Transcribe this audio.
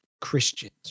Christians